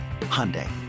Hyundai